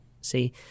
see